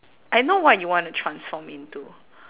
I know what you want to transform into